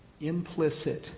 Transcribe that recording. implicit